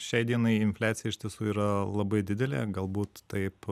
šiai dienai infliacija iš tiesų yra labai didelė galbūt taip